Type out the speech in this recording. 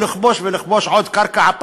לכבוש ולכבוש עוד קרקע,